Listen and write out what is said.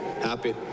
happy